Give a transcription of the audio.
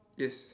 yes